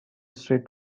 street